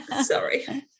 Sorry